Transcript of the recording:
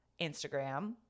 Instagram